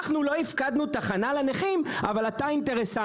אנחנו לא הפקדנו תחנה לנכים, אבל אתה אינטרסנט.